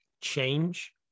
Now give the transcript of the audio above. change